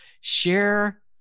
share